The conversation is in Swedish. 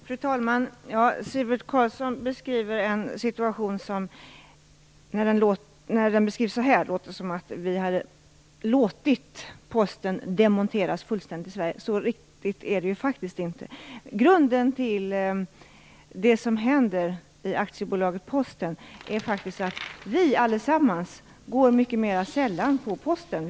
Fru talman! När Sivert Carlsson beskriver situationen låter det som om vi skulle ha låtit posten demonteras fullständigt i Sverige. Riktigt så är det ju faktiskt inte. Grunden till det som händer i aktiebolaget Posten är faktiskt att vi allesammans mer sällan går på posten.